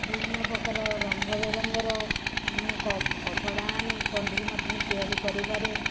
ବିଭିନ୍ନ ପ୍ରକାର ରଙ୍ଗ ବେରଙ୍ଗର ମୁଁ କପଡ଼ା ଆଣି କଣ୍ଢେଇ ମଧ୍ୟ ତିଆରି କରିବାରେ